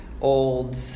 old